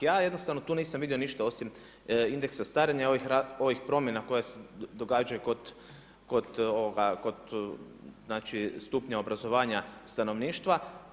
Ja jednostavno tu nisam vidio ništa osim indeksa starenja ovih promjena koje se događaju kod znači stupnja obrazovanja stanovništva.